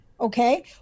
okay